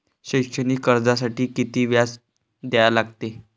शैक्षणिक कर्जासाठी किती व्याज द्या लागते?